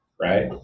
right